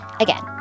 Again